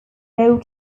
low